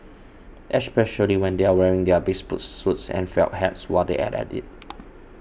especially when they are wearing their bespoke suits and felt hats while they are at it